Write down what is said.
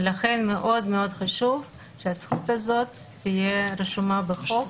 ולכן חשוב מאוד שהזכות הזאת תהיה רשומה בחוק